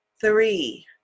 three